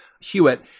Hewitt